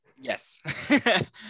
Yes